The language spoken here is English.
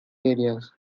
areas